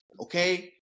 Okay